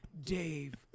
Dave